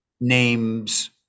names